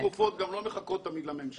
חברות התרופות גם לא מחכות תמיד לממשלה,